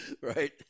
Right